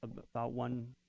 about one